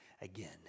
again